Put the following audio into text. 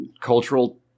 cultural